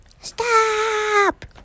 stop